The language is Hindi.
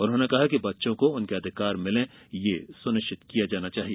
उन्होंने कहा कि बच्चों को उनके अधिकार मिलें यह सुनिश्चित किया जाना चाहिये